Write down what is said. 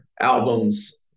albums